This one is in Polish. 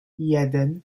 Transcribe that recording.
jeden